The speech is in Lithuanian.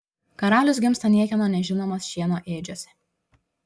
karalius gimsta niekieno nežinomas šieno ėdžiose